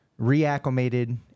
reacclimated